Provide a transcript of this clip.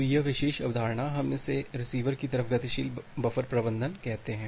तो यह विशेष अवधारणा हम इसे रिसीवर की तरफ गतिशील बफर प्रबंधन कहते हैं